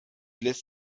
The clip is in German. lässt